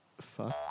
fuck